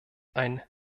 ein